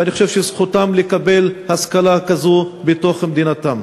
ואני חושב שזכותם לקבל השכלה כזאת בתוך מדינתם.